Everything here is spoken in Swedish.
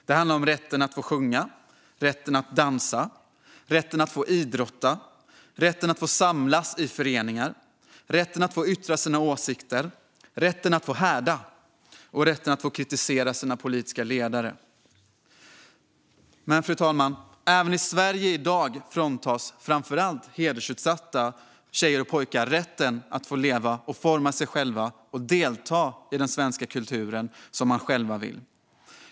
Det handlar om rätten att dansa, rätten att sjunga, rätten att idrotta, rätten att samlas i föreningar, rätten att yttra sina åsikter, rätten att häda och rätten att kritisera sina politiska ledare. Fru talman! Även i Sverige i dag fråntas framför allt hedersutsatta flickor och pojkar rätten att leva och forma sig själva och delta i den svenska kulturen som man själv vill.